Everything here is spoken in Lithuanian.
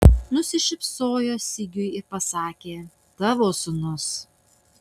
nusišypsojo sigiui ir pasakė tavo sūnus